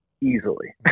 easily